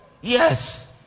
yes